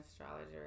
astrologer